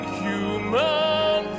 human